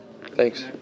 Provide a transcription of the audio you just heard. Thanks